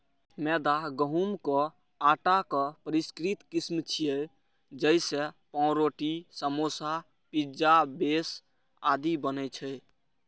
मैदा गहूंमक आटाक परिष्कृत किस्म छियै, जइसे पावरोटी, समोसा, पिज्जा बेस आदि बनै छै